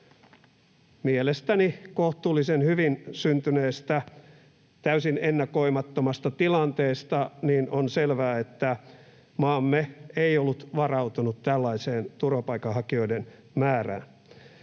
mielestäni kohtuullisen hyvin syntyneestä täysin ennakoimattomasta tilanteesta, niin on selvää, että maamme ei ollut varautunut tällaiseen turvapaikanhakijoiden määrään.